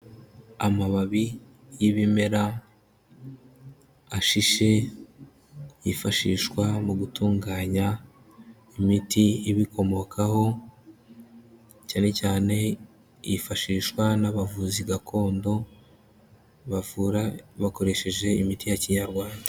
Amababi y'ibimera ashishe, yifashishwa mu gutunganya imiti ibikomokaho, cyane cyane yifashishwa n'abavuzi gakondo, bavura bakoresheje imiti ya Kinyarwanda.